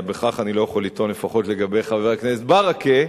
בכך אני לא יכול לטעון לפחות לגבי חבר הכנסת ברכה,